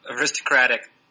aristocratic